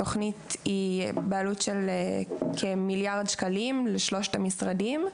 התוכנית היא בעלות של כמיליארד שקלים לשלושת המשרדים,